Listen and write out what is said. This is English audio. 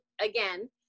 again